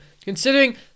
considering